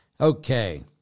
Okay